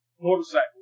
motorcycle